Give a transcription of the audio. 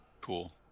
Cool